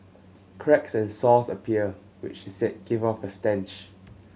cracks and sores appear which she said give off a stench